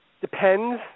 Depends